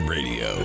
Radio